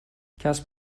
کسب